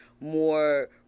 more